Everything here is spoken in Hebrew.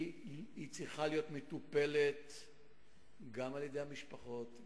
היא צריכה להיות מטופלת גם על-ידי המשפחות,